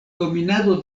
dominado